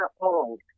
old